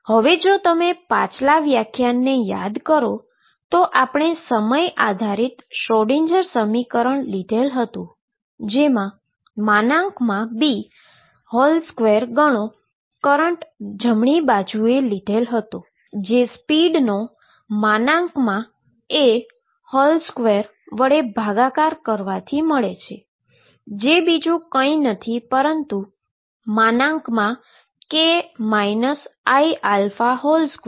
હવે જો તમે પાછલા વ્યાખ્યાનને યાદ કરો તો આપણે સમય આધારિત શ્રોડિંગર સમીકરણ લીધેલ હતી જેમાં B2 ગણો કરંટ જમણી બાજુએ લીધેલ હતો જે સ્પીડનો A2 વડે ભાગાકાર કરવાથી મળે છે જે બીજુ કંઈ નથી પરંતુ k iα2kiα2 છે